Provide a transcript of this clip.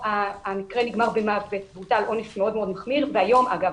המקרה נגמר במוות והוטל עונש מאוד מאוד מחמיר והיום - אגב,